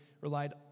relied